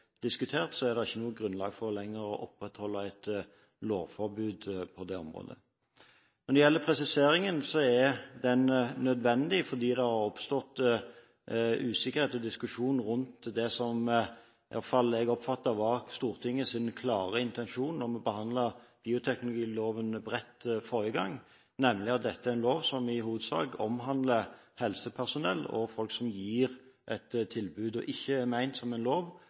diskutert, er det ikke lenger noe grunnlag for å opprettholde et lovforbud på det området. Når det gjelder presiseringen, er den nødvendig, fordi det har oppstått usikkerhet og diskusjon rundt det som i hvert fall jeg oppfatter var Stortingets klare intensjon da vi behandlet bioteknologiloven bredt forrige gang, nemlig at dette er en lov som i hovedsak omhandler helsepersonell og folk som gir et tilbud, og at den ikke er ment som en lov